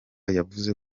yavuze